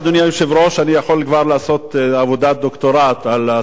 אני יכול כבר לעשות עבודת דוקטורט על הסוגיה הזאת